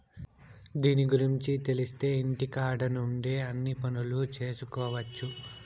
దీని గురుంచి తెలిత్తే ఇంటికాడ నుండే అన్ని పనులు చేసుకొవచ్చు